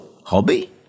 hobby